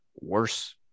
worse